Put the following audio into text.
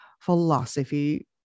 philosophy